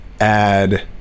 add